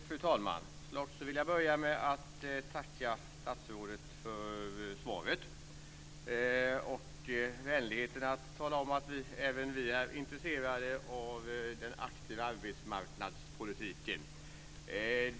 Fru talman! Jag vill också börja med att tacka statsrådet för svaret och för vänligheten att kommentera att även vi är intresserade av den aktiva arbetsmarknadspolitiken.